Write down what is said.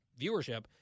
viewership